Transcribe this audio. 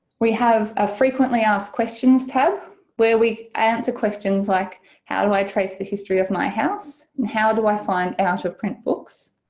we have a frequently asked questions tab where we answer questions like how do i trace the history of my house? and how do i find out of print books?